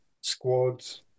squads